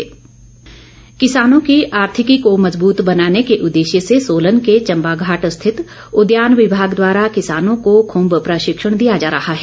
प्रशिक्षण किसानों की आर्थिकी को मजबूत बनाने के उदेश्य से सोलन के चंबाघाट स्थित उद्यान विभाग द्वारा किसानो को खुम्ब प्रशिक्षण दिया जा रहा है